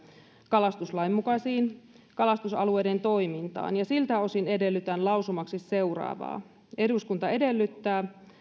kalastuslain mukaisten kalastusalueiden toimintaan siltä osin edellytän lausumaksi seuraavaa eduskunta edellyttää